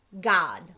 god